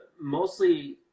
mostly